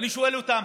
ואני שואל אותם: